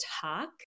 talk